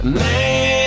man